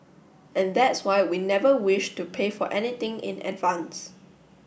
and that's why we never wished to pay for anything in advance